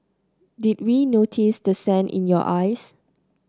did we notice the sand in your eyes